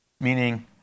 meaning